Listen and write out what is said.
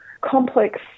complex